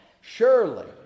Surely